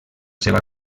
seva